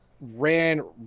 ran